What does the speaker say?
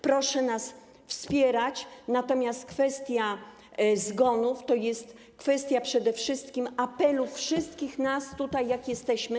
Proszę nas wspierać, natomiast kwestia zgonów to jest kwestia przede wszystkim apelu wszystkich nas tutaj, jak jesteśmy.